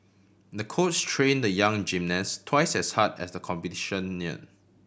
the coach train the young gymnast twice as hard as the competition near